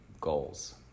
goals